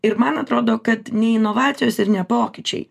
ir man atrodo kad nei inovacijos ir ne pokyčiai